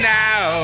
now